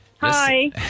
Hi